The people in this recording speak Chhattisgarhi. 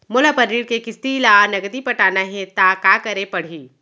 मोला अपन ऋण के किसती ला नगदी पटाना हे ता का करे पड़ही?